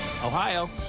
Ohio